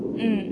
mm